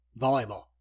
volleyball